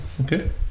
okay